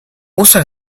usa